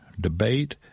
debate